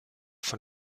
von